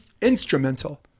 instrumental